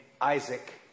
Isaac